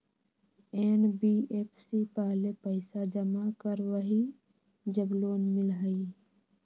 NBFC पहले पईसा जमा करवहई जब लोन मिलहई?